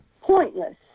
pointless